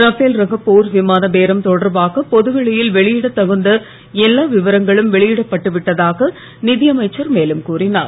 Rafale ரக போர் விமான பேரம் தொடர்பாக பொதுவெளியில் வெளியிடத் தகுந்த எல்லா விவரங்களும் வெளியிடப் பட்டுவிட்டதாக நிதியமைச்சர் மேலும் கூறினார்